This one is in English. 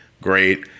Great